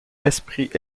esprit